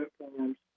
platforms